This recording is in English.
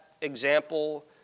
example